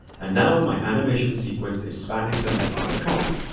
and now, my animation sequence is spanning the length of the comp.